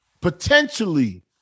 potentially